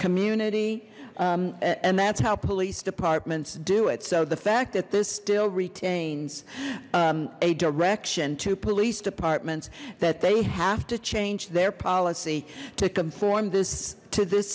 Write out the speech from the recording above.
community and that's how police department's do it so the fact that this still retains a direction to police departments that they have to change their policy to conform this to this